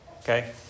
Okay